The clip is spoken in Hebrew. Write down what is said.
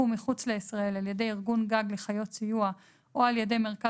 מחוץ לישראל על ידי ארגון-גג לחיות סיוע או על ידי מרכז